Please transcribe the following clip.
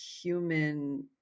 human